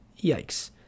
Yikes